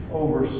over